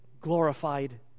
glorified